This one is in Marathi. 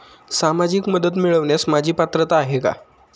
सामाजिक मदत मिळवण्यास माझी पात्रता आहे का?